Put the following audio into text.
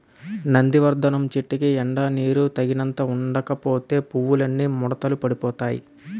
నందివర్థనం చెట్టుకి ఎండా నీరూ తగినంత ఉండకపోతే పువ్వులన్నీ ముడతలు పడిపోతాయ్